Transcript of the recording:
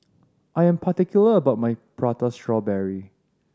I am particular about my Prata Strawberry